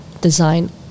design